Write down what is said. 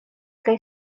kaj